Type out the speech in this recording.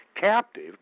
captive